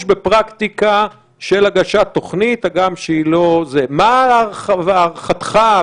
בפרקטיקה של הגשת תוכנית מה הערכתך?